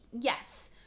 yes